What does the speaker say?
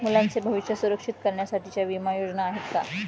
मुलांचे भविष्य सुरक्षित करण्यासाठीच्या विमा योजना आहेत का?